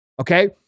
Okay